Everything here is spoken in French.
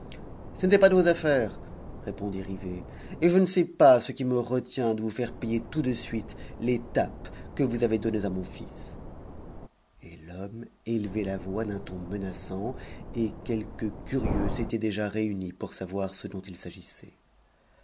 ça n'était pas de vos affaires répondit rivet et je ne sais pas ce qui me retient de vous faire payer tout de suite les tapes que vous avez données à mon fils et l'homme élevait la voix d'un ton menaçant et quelques curieux s'étaient déjà réunis pour savoir ce dont il s'agissait